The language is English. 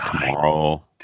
tomorrow